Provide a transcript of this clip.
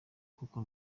koko